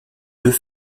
deux